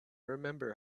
remember